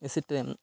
AC train